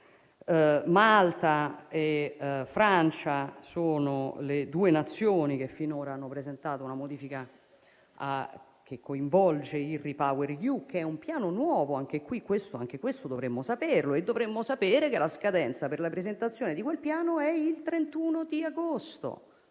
Malta e Francia sono le due Nazioni che finora hanno presentato una modifica che coinvolge il REPower EU, che è un Piano nuovo: anche questo dovremmo saperlo, così come dovremmo sapere che la scadenza per la presentazione di quel Piano è il 31 agosto.